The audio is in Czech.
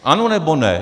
Ano, nebo ne?